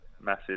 massive